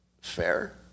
fair